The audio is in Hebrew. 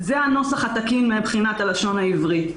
זה הנוסח התקין מבחינת הלשון העברית.